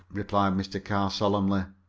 replied mr. carr solemnly.